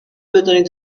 بدانید